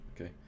okay